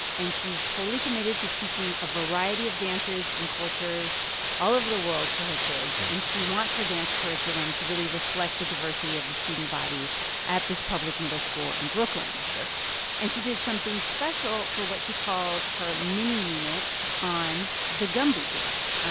and she's totally committed to teaching a variety of dances from cultures all over the world to her kids. and she wants her dance curriculum to really reflect the diversity of the student body at this public middle school in brooklyn ok and she did something special for what she calls her mini-unit on the gumboot dance.